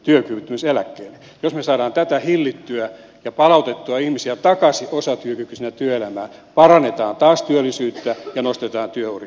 jos me saamme tätä hillittyä ja palautettua ihmisiä takaisin osatyökykyisinä työelämään parannetaan taas työllisyyttä ja nostetaan työuria